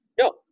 no